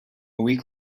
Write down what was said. week